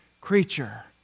creature